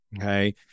Okay